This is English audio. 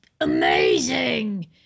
amazing